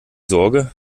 sorge